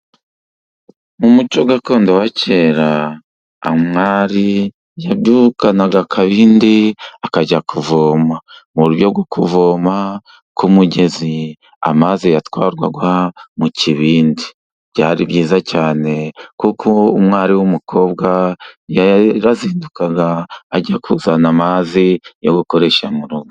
Mu muco gakondo wa kera umwari yabyukanaga akabindi akajya kuvoma, mu buryo bwo kuvoma k'umugezi amazi yatwarwaga mu kibindi byari byiza cyane. Kuko umwari w'umukobwa yarazindukaga ajya kuzana amazi yo gukoresha mu rugo.